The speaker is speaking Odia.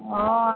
ହଁ